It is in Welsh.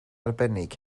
arbennig